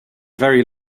very